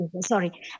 Sorry